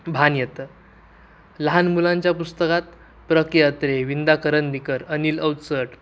भान येतं लहान मुलांच्या पुस्तकात प्र के अत्रे विं दा करंदीकर अनिल अवचट